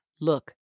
Look